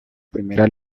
primera